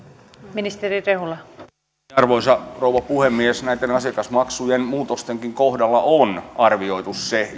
arvoisa rouva puhemies näitten asiakasmaksujen muutostenkin kohdalla on arvioitu se ja